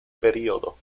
periodo